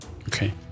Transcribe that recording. Okay